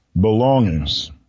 belongings